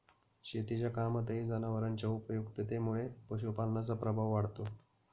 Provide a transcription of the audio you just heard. शेतीच्या कामातही जनावरांच्या उपयुक्ततेमुळे पशुपालनाचा प्रभाव वाढतो